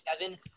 seven